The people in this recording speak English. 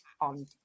on